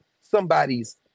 somebody's